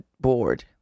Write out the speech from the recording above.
board